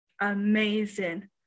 amazing